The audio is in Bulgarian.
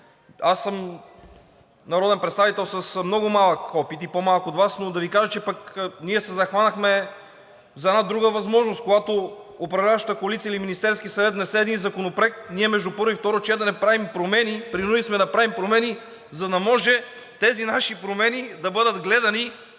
Аз съм народен представител с много малък опит и по-малък от Вас, но да ви кажа, че ние пък се захванахме за една друга възможност. Когато управляващата коалиция или Министерският съвет внесе един законопроект, между първо и второ четене правим промени, принудени сме да правим промени, за да може тези наши промени да бъдат гледани,